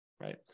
Right